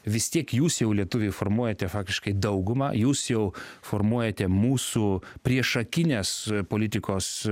vis tiek jūs jau lietuviai formuojate faktiškai daugumą jūs jau formuojate mūsų priešakines politikos